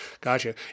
Gotcha